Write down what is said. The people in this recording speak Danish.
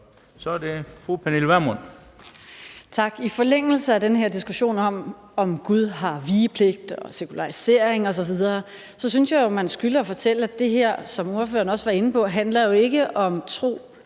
Kl. 13:10 Pernille Vermund (NB): I forlængelse af den diskussion om, om Gud har vigepligt, sekularisering osv., synes jeg, at man skylder at fortælle, at det her, som ordføreren også var inde på, jo ikke handler